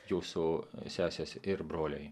jūsų sesės ir broliai